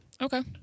Okay